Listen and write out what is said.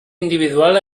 individual